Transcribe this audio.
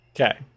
Okay